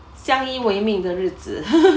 相依为命的日子